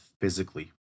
physically